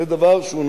זה דבר שהוא נורא,